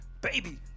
Baby